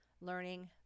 learning